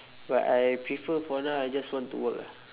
but I prefer for now I just want to work ah